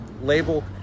label